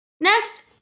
Next